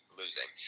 losing